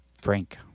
Frank